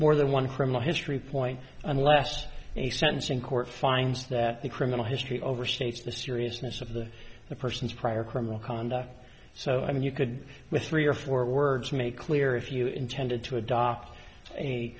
more than one herman history point unless a sentencing court finds that the criminal history overstates the seriousness of the the person's prior criminal conduct so i mean you could with three or four words make clear if you intended to adopt a